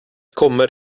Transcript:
kommer